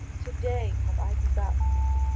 to day have i begotten thee.